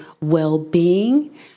well-being